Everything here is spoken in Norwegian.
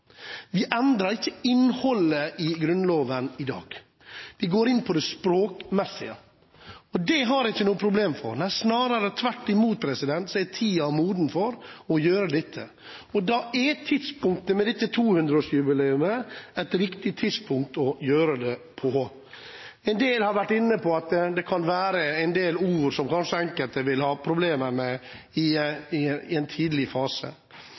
Vi endrer ikke innholdet i Grunnloven i dag; vi går inn på det språkmessige. Det har jeg ikke noe problem med. Snarere tvert imot er tiden moden for å gjøre dette. Da er 200-årsjubileet et riktig tidspunkt å gjøre det på. Noen har vært inne på at det kan være en del ord som kanskje enkelte vil ha problemer med i en tidlig fase.